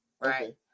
right